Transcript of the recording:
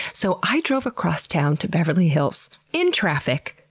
so, i drove across town to beverly hills, in traffic!